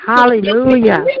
Hallelujah